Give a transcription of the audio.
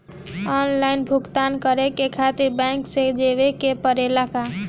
Online भुगतान करे के खातिर बैंक मे जवे के पड़ेला का?